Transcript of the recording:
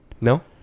No